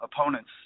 opponents